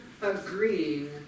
agreeing